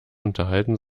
unterhalten